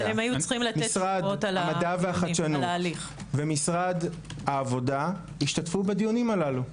משרד המדע והחדשנות ומשרד העבודה השתתפו בדיונים הללו?